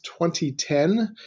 2010